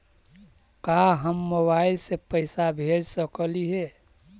का हम मोबाईल से पैसा भेज सकली हे?